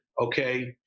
okay